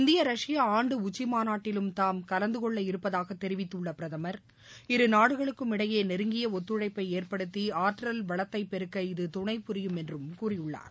இந்திய ரஷ்ய ஆண்டு உச்சிமாநாட்டிலும் தாம் கலந்துகொள்ள இருப்பதாக தெரிவித்துள்ள பிரதமர் இருநாடுகளுக்கும் இடையே நெருங்கிய ஒத்துழைப்ப ஏற்படுத்தி ஆற்றல் வளத்தை பெருக்க இது துணைபுரியும் என்றும் கூறியுள்ளார்